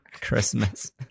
Christmas